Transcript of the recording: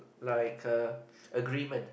like a agreement